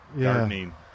gardening